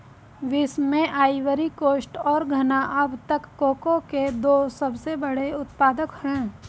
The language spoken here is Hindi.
विश्व में आइवरी कोस्ट और घना अब तक कोको के दो सबसे बड़े उत्पादक है